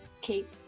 keep